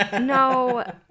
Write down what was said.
No